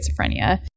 schizophrenia